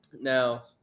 Now